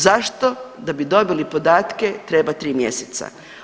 Zašto da bi dobili podatke treba 3 mjeseca?